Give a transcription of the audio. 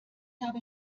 habe